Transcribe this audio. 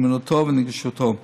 זמינותו ונגישותו.